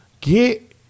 get